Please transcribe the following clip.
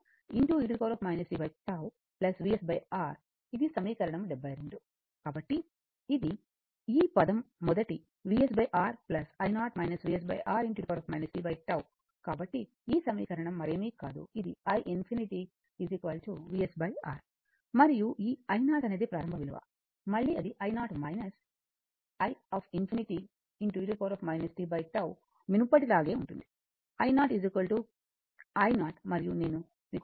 ఇది సమీకరణం 72 కాబట్టి ఇది ఈ పదం మొదటి Vs R i0 Vs R e tτ కాబట్టి ఈ సమీకరణం మరేమీ కాదు ఇది i∞ Vs R మరియు ఈ i0 అనేది ప్రారంభ విలువ మళ్ళీ అది i0 i∞ e tτ మునుపటిలాగే ఉంటుంది i0 I0 మరియు నేను మీకు i∞ Vs R అని చెప్పాను